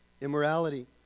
Immorality